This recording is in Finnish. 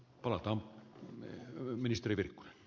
arvoisa puhemies